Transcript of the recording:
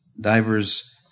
divers